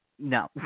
No